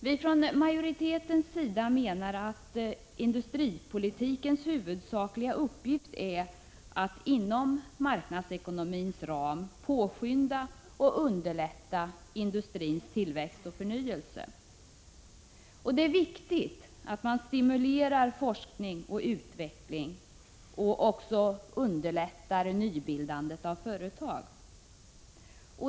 Vi från majoritetens sida menar att industripolitikens huvudsakliga uppgift är att inom marknadsekonomins ram påskynda och underlätta industrins tillväxt och förnyelse. Det är viktigt att man stimulerar forskning och utveckling och underlättar nybildandet av företag.